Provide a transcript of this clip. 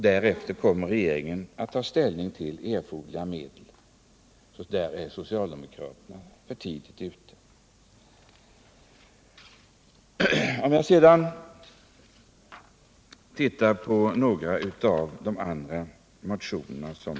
Därefter kommer regeringen att ta ställning till erforderliga medel. Där är alltså socialdemokraterna för tidigt ute. Låt mig sedan ta upp några av de andra motionerna.